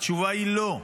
התשובה היא לא.